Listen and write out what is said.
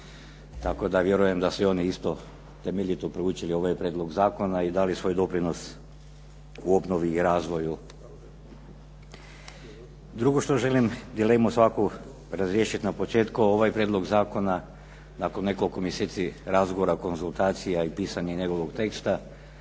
tako da vjerujem da su oni isto temeljito proučili ovaj prijedlog zakona i dali svoj doprinos u obnovi i razvoju. Drugo što želim dilemu svaku razriješiti na početku, ovaj prijedlog zakona nakon nekoliko mjeseci razgovora, konzultacija i pisanja njegovog teksta